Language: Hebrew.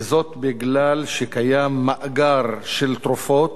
וזאת מפני שקיים מאגר של תרופות